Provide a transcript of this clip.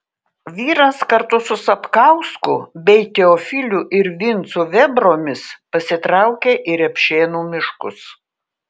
vyras kartu su sapkausku bei teofiliu ir vincu vėbromis pasitraukė į repšėnų miškus